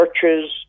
Churches